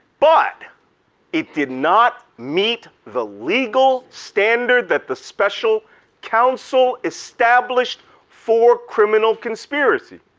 but it did not meet the legal standard that the special counsel established for criminal conspiracy.